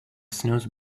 snooze